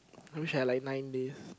I wished I had like nine days